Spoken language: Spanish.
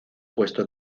puestos